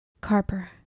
Carper